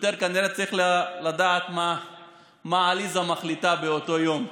כנראה שהוא צריך לדעת מה עליזה מחליטה באותו יום,